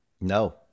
No